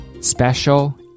Special